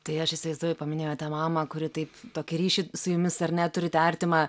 tai aš įsivaizduoju paminėjo tą mamą kuri taip tokį ryšį su jumis ar ne turite artimą